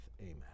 amen